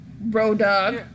Bro-dog